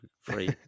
free